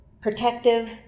protective